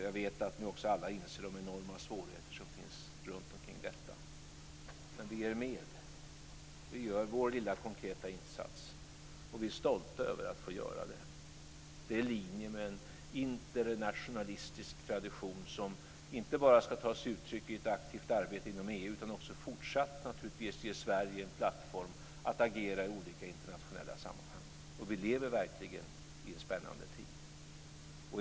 Jag vet att ni alla också inser de enorma svårigheter som finns runtomkring detta. Men vi är med. Vi gör vår lilla, konkreta insats, och vi är stolta över att få göra det. Det är i linje med en internationalistisk tradition som inte bara ska ta sig uttryck i ett aktivt arbete inom EU utan också fortsatt, naturligtvis, ge Sverige en plattform att agera i olika internationella sammanhang. Och vi lever verkligen i en spännande tid.